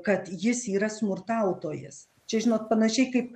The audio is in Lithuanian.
kad jis yra smurtautojas čia žinot panašiai kaip